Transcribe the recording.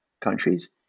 countries